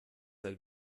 ein